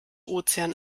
ozean